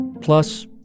Plus